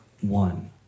one